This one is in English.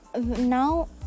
now